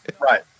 Right